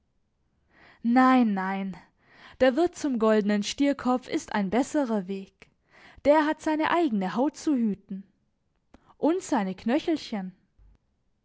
nein nein der wirt zum goldenen stierkopf ist ein besserer weg der hat seine eigene haut zu hüten und seine knöchelchen